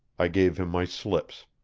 i gave him my slips.